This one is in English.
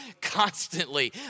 constantly